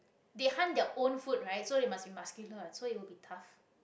they hunt their own food right so they must you must be muscular [what] so it will be tough